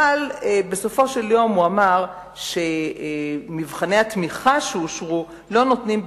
אבל בסופו של יום הוא אמר שמבחני התמיכה שאושרו לא נותנים ביטוי,